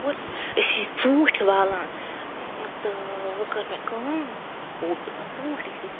أسۍ ٲسۍ ژوٗنٛٹھۍ والان اۭں تہٕ وۄنۍ کٔر مےٚ کٲم ٲں ژوٗنٛٹھۍ ٲسۍ أسۍ وال